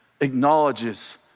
acknowledges